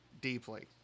deeply